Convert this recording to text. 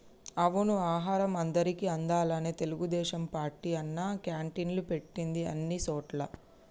అవును ఆహారం అందరికి అందాలని తెలుగుదేశం పార్టీ అన్నా క్యాంటీన్లు పెట్టింది అన్ని సోటుల్లా